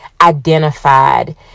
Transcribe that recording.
identified